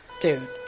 Dude